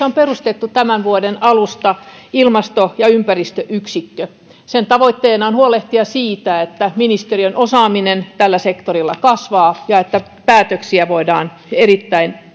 on perustettu tämän vuoden alusta ilmasto ja ympäristöyksikkö sen tavoitteena on huolehtia siitä että ministeriön osaaminen tällä sektorilla kasvaa ja että päätöksiä voidaan erittäin